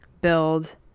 build